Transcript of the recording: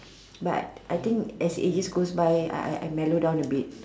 but I think as ages goes by I I mellow down a bit